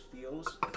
feels